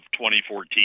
2014